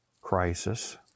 crisis